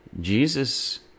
Jesus